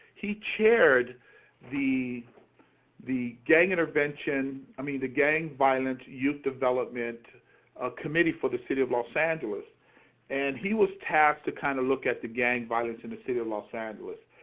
he chaired the the gang intervention, i mean the gang violence youth development ah committee for the city of los angeles and he was tasked to kind of look at the gang violence in the city of los angeles.